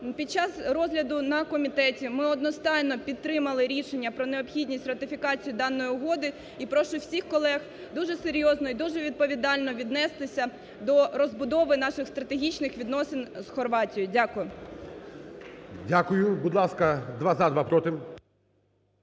під час розгляду на комітеті ми одностайно підтримали рішення про необхідність ратифікації даної угоди і прошу всіх колег дуже серйозно і дуже відповідально віднестись до розбудови наших стратегічних відносин з Хорватією. Дякую. ГОЛОВУЮЧИЙ. Дякую. Будь ласка, два – за, два – проти.